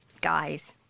guys